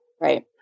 Right